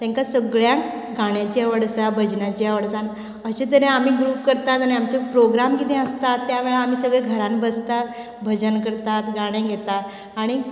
तेंका सगळ्यांक गाण्याची आवड आसा भजनाची आवड आसा अशें तरेन आमी ग्रूप करतात जाल्यार आमचो प्रोग्राम कितें आसता त्या वेळार आमी सगळें घरांत बसतात भजन करतात गाणे घेता आनी